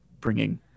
bringing